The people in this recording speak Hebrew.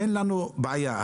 אין לנו בעיה.